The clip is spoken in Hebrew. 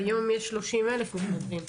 היום יש 30 אלף מתנדבים.